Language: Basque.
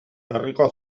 herriko